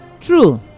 true